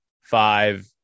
five